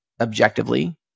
objectively